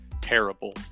terrible